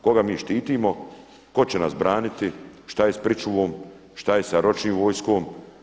Koga mi štitimo, tko će nas braniti, šta je s pričuvom, šta je s ročnom vojskom?